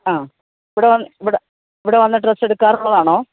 ആ ഇവിടെ ഇവിടെ ഇവിടെ വന്ന് ഡ്രെസ്സ് എടുക്കാറുള്ളതാണോ